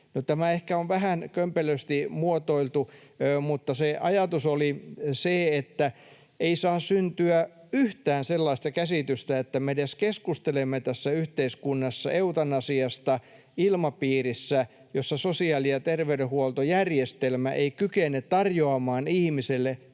tämä ehkä on vähän kömpelösti muotoiltu, mutta ajatus oli se, että ei saa syntyä yhtään sellaista käsitystä, että me edes keskustelemme tässä yhteiskunnassa eutanasiasta ilmapiirissä, jossa sosiaali- ja terveydenhuoltojärjestelmä ei kykene tarjoamaan ihmiselle kaikkea